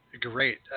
great